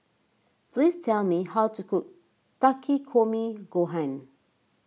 please tell me how to cook Takikomi Gohan